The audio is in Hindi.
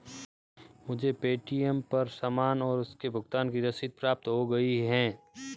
मुझे पे.टी.एम पर सामान और उसके भुगतान की रसीद प्राप्त हो गई है